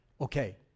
Okay